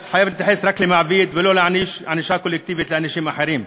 אז הוא חייב להתייחס רק למעביד ולא להעניש ענישה קולקטיבית אנשים אחרים,